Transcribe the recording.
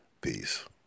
Peace